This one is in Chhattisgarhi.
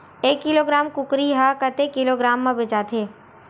एक किलोग्राम कुकरी ह कतेक किलोग्राम म बेचाथे?